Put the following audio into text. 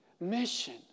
mission